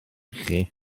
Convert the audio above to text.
chi